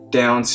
down